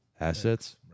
assets